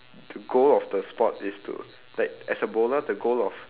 the goal of the sport is to like as a bowler the goal of